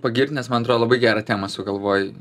pagirt nes man atrodo labai gerą temą sugalvojai